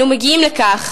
אנו מגיעים לכך